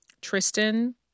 Tristan